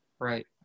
Right